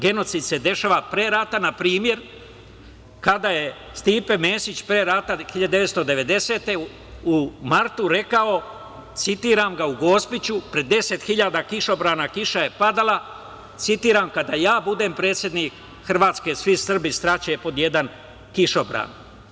Genocid se dešava pre rata, na primer, kada je Stipe Mesić pre rata, 1990. godine, u martu rekao, u Gospiću, pred 10 hiljada kišobrana, kiša je padala, citiram: "Kada ja budem predsednik Hrvatske, svi Srbi staće pod jedan kišobran"